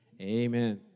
Amen